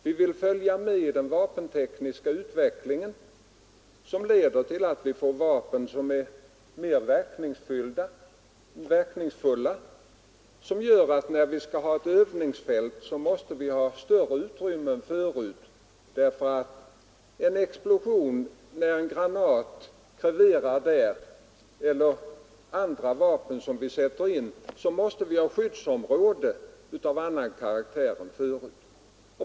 Vi vill följa med i den vapentekniska utvecklingen, som leder till att vi får vapen som är mera verkningsfulla, och det gör att när vi skall ha ett övningsfält så måste vi ha större utrymme än förut. Explosionerna när granater kreverar och andra verkningar av de vapen vi sätter in kräver skyddsområden av annan karaktär än förut.